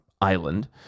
island